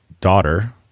daughter